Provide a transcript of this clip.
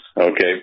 Okay